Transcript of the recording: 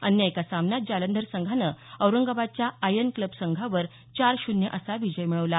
अन्य एका सामन्यात जालंधर संघानं औरंगाबादच्या आयन क्लबसंघावर चार शून्य असा विजय मिळवला